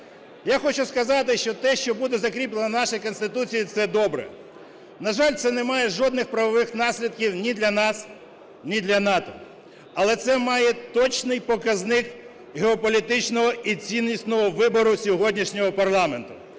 Я хочу сказати, що те, що буде закріплено в нашій Конституції, - це добре. На жаль, це не має жодних правових наслідків ні для нас, ні для НАТО, але це має точний показник геополітичного і ціннісного вибору сьогоднішнього парламенту.